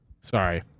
Sorry